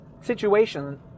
situation